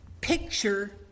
Picture